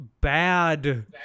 bad